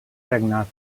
regnat